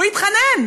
הוא התחנן,